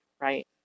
right